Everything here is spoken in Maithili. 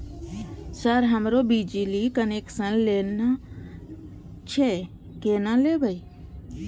सर हमरो बिजली कनेक्सन लेना छे केना लेबे?